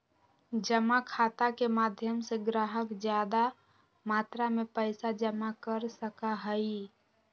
जमा खाता के माध्यम से ग्राहक ज्यादा मात्रा में पैसा जमा कर सका हई